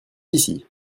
ici